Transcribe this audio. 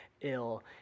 ill